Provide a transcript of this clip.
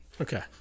Okay